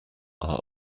are